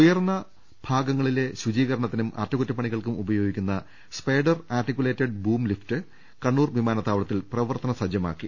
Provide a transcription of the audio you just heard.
ഉയർന്ന ഭാഗങ്ങളിലെ ശുചീകരണത്തിനും അറ്റകുറ്റപ്പ ണിക്കും ഉപയോഗിക്കുന്ന spider articulated boom lift Kannur വിമാനത്താവളത്തിൽ പ്രവർത്തന സജ്ജമാ ക്കി